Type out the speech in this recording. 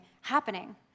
happening